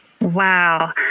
Wow